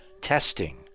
testing